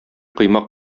коймак